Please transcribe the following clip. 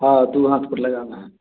हाँ दो हाँथ पर लगाना है